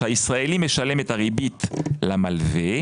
כאשר הישראלי משלם את הריבית למלווה,